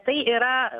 tai yra